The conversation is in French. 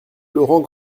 laurent